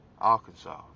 Arkansas